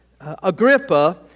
Agrippa